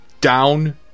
down